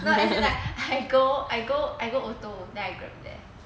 no as in like I go I go I go ORTO then I Grab there